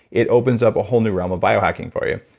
it opens up a whole new realm of biohacking for you,